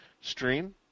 stream